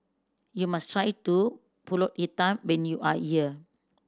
you must try to Pulut Hitam when you are here